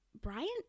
Bryant